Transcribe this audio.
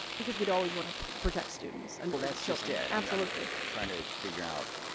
because we'd always want to protect students. and well that's just it. absolutely. trying to figure out